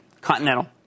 Continental